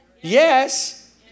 Yes